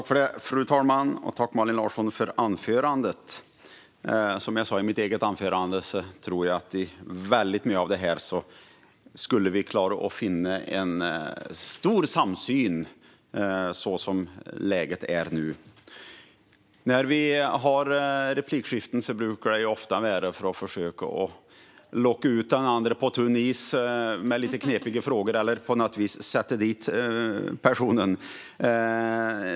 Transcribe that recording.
Fru talman! Jag tackar Malin Larsson för anförandet. Som jag sa i mitt huvudanförande tror jag att vi skulle klara att finna en stor samsyn om väldigt mycket av det här som läget är nu. När vi har replikskiften brukar vi ofta försöka locka ut motdebattören på tunn is med lite knepiga frågor eller på något vis sätta dit personen.